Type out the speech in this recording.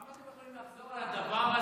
כמה אתם יכולים לחזור על הדבר הזה?